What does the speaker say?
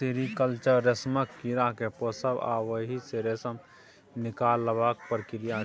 sericulture रेशमक कीड़ा केँ पोसब आ ओहि सँ रेशम निकालबाक प्रक्रिया छै